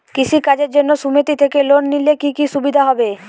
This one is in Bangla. কৃষি কাজের জন্য সুমেতি থেকে লোন নিলে কি কি সুবিধা হবে?